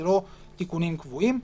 זה לא תיקונים קבועים.